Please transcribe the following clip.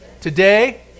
today